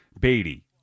Beatty